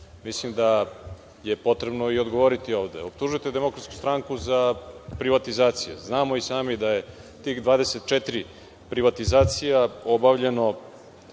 Mislim da je potrebno odgovoriti ovde. Optužujete DS za privatizacije. Znamo i sami da je tih 24 privatizacija obavljeno